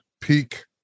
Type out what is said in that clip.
Peak